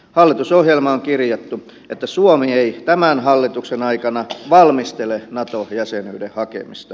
hallitusohjelmaan on kirjattu että suomi ei tämän hallituksen aikana valmistele nato jäsenyyden hakemista